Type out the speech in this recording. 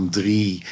drie